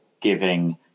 giving